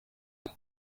kuri